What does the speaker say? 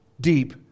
deep